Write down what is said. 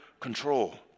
control